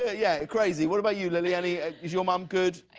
ah yeah crazy. what about you. is your mom good?